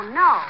no